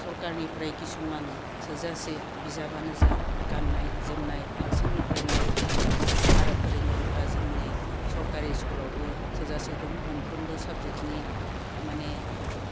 सरखारनिफ्राय किसुमान थोजासे बिजाबानो जा गाननाय जोमनाय फारसेनिफ्राय नांगौखौ मोनो आरो फोरोंगिरिफोरा जोंनि सरखारि स्कुलावबो थोजासे दं मोनफ्रोमबो साबजेक्टनि थारमाने